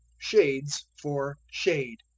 shades for shade.